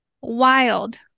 Wild